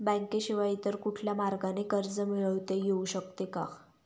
बँकेशिवाय इतर कुठल्या मार्गाने कर्ज मिळविता येऊ शकते का?